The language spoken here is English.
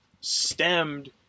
stemmed